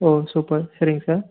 ஓ super சரிங் sir